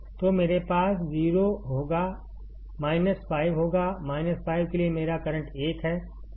तो मेरे पास 0 होगा 5 होगा 5 के लिए मेरा करंट 1 है